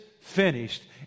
finished